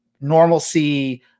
normalcy